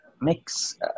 mix